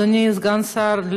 אדוני סגן השר,